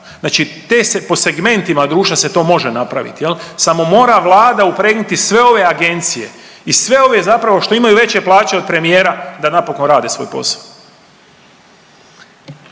te se, po segmentima društva se to može napraviti samo mora Vlada upregnuti sve ove agencije i sve ove zapravo što imaju veće plaće od premijera da napokon rade svoj posao.